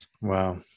Wow